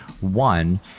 one